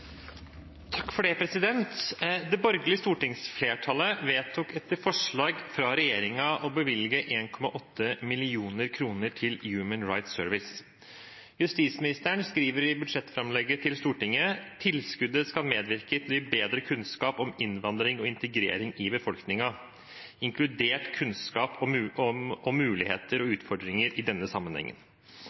regjeringa å bevilge 1,8 millioner kroner til Human Rights Service. Justisministeren skriver i budsjettframlegget: "Tilskotet skal medverke til å gi betre kunnskap om innvandring og integrering i befolkninga, inkludert kunnskap om moglegheiter og utfordringar i denne samanhengen."